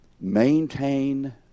maintain